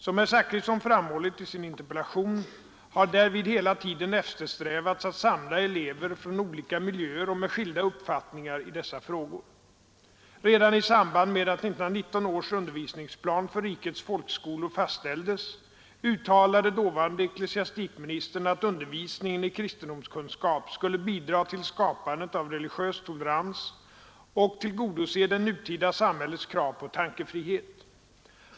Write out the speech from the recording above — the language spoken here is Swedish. Som herr Zachrisson framhållit i sin interpellation har därvid hela tiden eftersträvats att samla elever från olika miljöer och med skilda uppfattningar i dessa frågor. Redan i samband med att 1919 års undervisningsplan för rikets folkskolor fastställdes uttalade dåvarande ecklesiastikministern att undervisningen i kristendomskunskap skulle bidra till skapandet av religiös tolerans och tillgodose det nutida samhällets krav på tankefrihet.